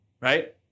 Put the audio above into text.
right